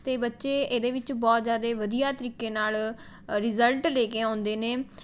ਅਤੇ ਬੱਚੇ ਇਹਦੇ ਵਿੱਚ ਬਹੁਤ ਜ਼ਿਆਦੇ ਵਧੀਆ ਤਰੀਕੇ ਨਾਲ਼ ਰਿਜ਼ਲਟ ਲੈ ਕੇ ਆਉਂਦੇ ਨੇ